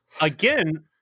Again